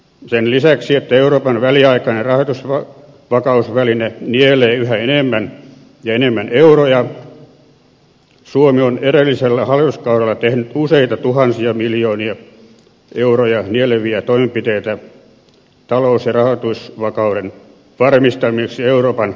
sen lisäksi että euroopan väliaikainen rahoitusvakausväline nielee yhä enemmän ja enemmän euroja suomi on edellisellä hallituskaudella tehnyt useita tuhansia miljoonia euroja nieleviä toimenpiteitä talous ja rahoitusvakauden varmistamiseksi euroopan talousalueella